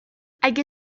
اگه